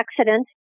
accident